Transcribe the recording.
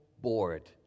bored